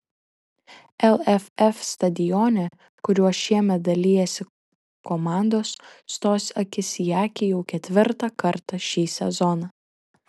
lff stadione kuriuo šiemet dalijasi komandos stos akis į akį jau ketvirtą kartą šį sezoną